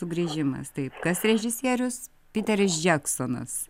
sugrįžimas taip kas režisierius piteris džeksonas